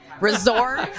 Resort